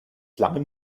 langen